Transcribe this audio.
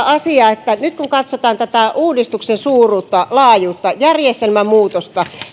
asia että nyt kun katsotaan tämän uudistuksen suuruutta laajuutta järjestelmämuutosta